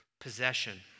Possession